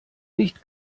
nicht